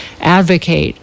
advocate